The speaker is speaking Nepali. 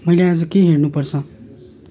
मैले आज के हेर्नु पर्छ